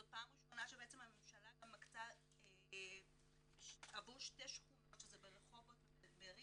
זו פעם ראשונה שהממשלה גם מקצה עבור שתי שכונות שזה ברחובות ובראשון,